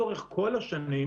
לאורך כל השנים,